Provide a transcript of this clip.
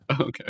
Okay